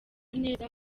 neza